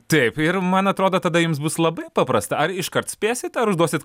taip ir man atrodo tada jums bus labai paprasta ar iškart spėsit ar užduosit